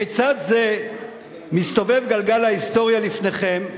כיצד זה מסתובב גלגל ההיסטוריה לפניכם,